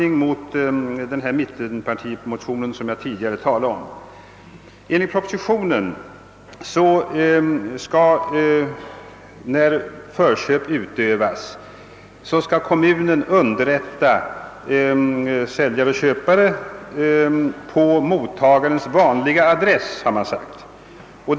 Enligt propositionen skall kommunen när förköpsrätten utövas underrätta säljare och köpare på mottagarens »vanliga adress», som man har sagt.